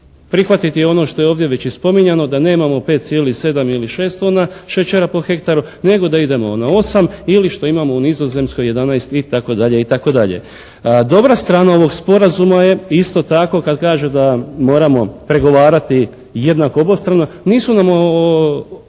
prihvatiti ono što je ovdje već i spominjano da nemamo 5,7 ili 6 tona šećera po hektaru, nego da idemo na 8 ili što imamo u Nizozemskoj 11 itd., itd. Dobra strana ovog Sporazuma je isto tako kad kaže da moramo pregovarati jednako obostrano, nisu nam